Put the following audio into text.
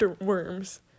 worms